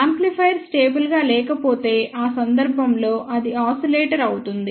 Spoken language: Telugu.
యాంప్లిఫైయర్ స్టేబుల్ గా లేకపోతే ఆ సందర్భంలో అది ఆసిలేటర్ అవుతుంది